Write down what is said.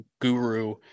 guru